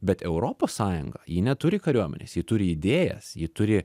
bet europos sąjunga ji neturi kariuomenės ji turi idėjas ji turi